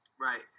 Right